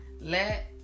let